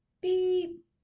beep